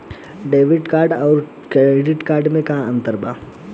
Debit card आउर credit card मे का अंतर बा?